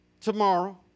Tomorrow